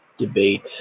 Debate